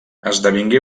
esdevingué